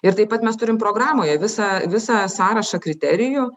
ir taip pat mes turim programoje visą visą sąrašą kriterijų